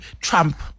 trump